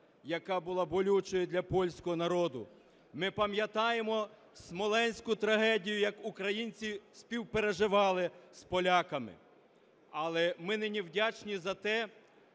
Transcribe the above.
яка була болючою для польського народу. Ми пам'ятаємо смоленську трагедію, як українці співпереживали з поляками. Але ми нині вдячні за те,